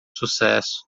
sucesso